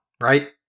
right